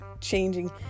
changing